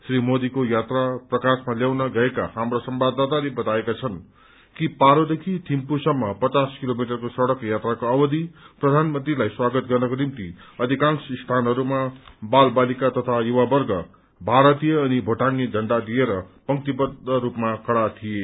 श्री मोदीको यात्रा कवर गर्न गएका हाम्रा संवाददाताले बताएका छन् कि पारोदेखि थिम्फू सम्म पचास किलोमिटरको सड्क यात्राको अवधि प्रधानमन्त्रीलाई स्वागत गर्नको निम्ति अधिकांश स्थनहरूमा बाल बालिका युवावर्ग भारतीय अनि भोटाङ झण्डा लिउर पंक्तिबद्ध रूपमा खड़ा थिए